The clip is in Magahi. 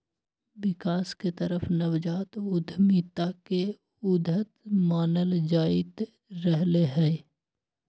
विकास के तरफ नवजात उद्यमिता के उद्यत मानल जाईंत रहले है